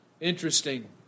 Interesting